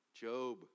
Job